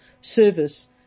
service